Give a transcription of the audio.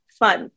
fun